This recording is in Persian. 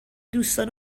دوستان